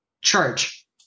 charge